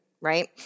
right